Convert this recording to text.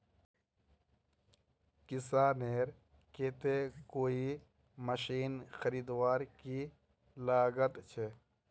किसानेर केते कोई मशीन खरीदवार की लागत छे?